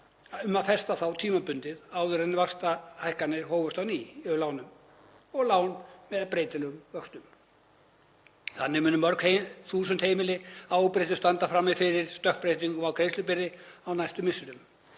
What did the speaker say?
um að festa þá tímabundið áður en vaxtahækkanir hófust á nýjum lánum og lánum með breytilegum vöxtum. Þannig munu mörg þúsund heimili að óbreyttu standa frammi fyrir stökkbreytingu á greiðslubyrði á næstu misserum.